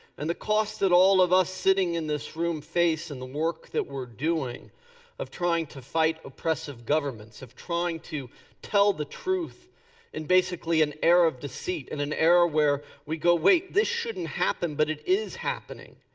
and the cost that all of us sitting in this room face and the work that we're doing of trying to fight oppressive governments. of trying to tell the truth in basically an era of deceit. in an era where we go wait this shouldn't happen, but it is happening.